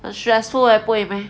很 stressful leh 不会 meh